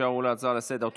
תישארו להצעה לסדר-היום.